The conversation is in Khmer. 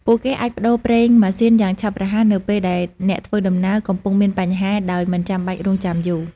ពួកគេអាចប្តូរប្រេងម៉ាស៊ីនយ៉ាងឆាប់រហ័សនៅពេលដែលអ្នកធ្វើដំណើរកំពុងមានបញ្ហាដោយមិនចាំបាច់រង់ចាំយូរ។